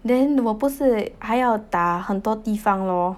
then 我不是还要打很多地方 lor